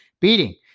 beating